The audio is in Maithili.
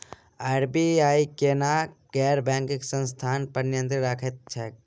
आर.बी.आई केना गैर बैंकिंग संस्था पर नियत्रंण राखैत छैक?